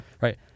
Right